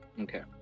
Okay